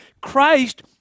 Christ